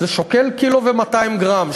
זה שוקל קילו ו-200 גרם.